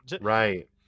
right